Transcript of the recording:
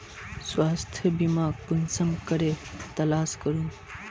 स्वास्थ्य बीमा कुंसम करे तलाश करूम?